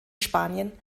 spanien